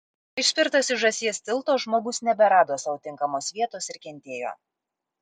išspirtas iš žąsies tilto žmogus neberado sau tinkamos vietos ir kentėjo